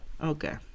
okay